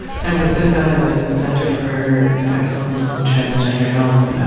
san francisco has a center for excellence in transgender health,